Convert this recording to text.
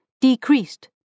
decreased